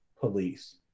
police